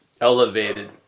elevated